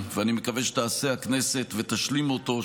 אני מקווה שתעשה הכנסת ותשלים אותו,